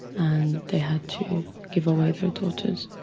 and they had to give away their daughters.